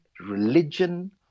religion